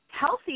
healthy